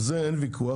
על זה אין ויכוח.